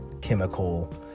chemical